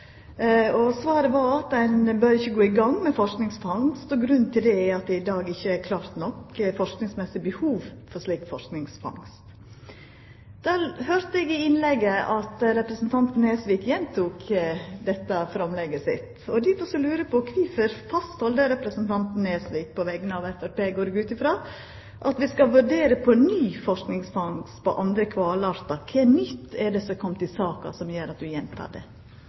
over. Svaret er at ein ikkje bør gå i gang med forskingsfangst. Grunnen til det er at det i dag ikkje er klart nok forskingsmessig behov for slik forskingsfangst. Eg høyrde i innlegget at representanten gjentok dette framlegget sitt. Difor lurer eg på kvifor representanten Nesvik – på vegner av Framstegspartiet, går eg ut frå – held fast ved at vi skal vurdera på ny forskingsfangst på andre kvalartar. Kva nytt er det som har kome i saka, som gjer at han gjentek det? Bakgrunnen for at jeg gjentar